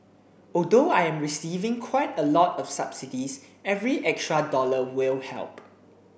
although I'm receiving quite a lot of subsidies every extra dollar will help